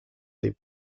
des